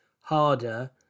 harder